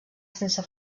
sense